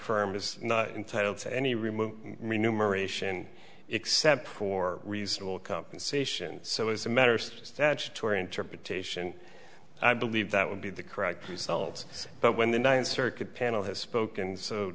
firm is not entitled to any remove numeration except for reasonable compensation so as a matter of statutory interpretation i believe that would be the correct result but when the ninth circuit panel has spoken so